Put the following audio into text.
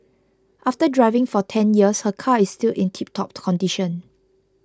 after driving for ten years her car is still in tiptop condition